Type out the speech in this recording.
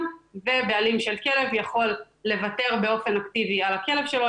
ובעלים של כלב יכול לוותר באופן אקטיבי על הכלב שלו,